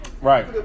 Right